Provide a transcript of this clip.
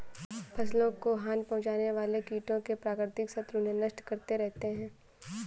फसलों को हानि पहुँचाने वाले कीटों के प्राकृतिक शत्रु उन्हें नष्ट करते रहते हैं